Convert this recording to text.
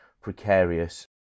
precarious